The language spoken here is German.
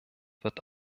wird